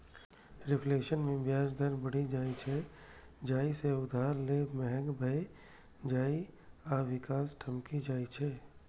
reflation मे ब्याज दर बढ़ि जाइ छै, जइसे उधार लेब महग भए जाइ आ विकास ठमकि जाइ छै